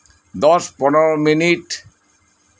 ᱫᱚᱥ ᱯᱚᱱᱨᱚ ᱢᱤᱱᱤᱴ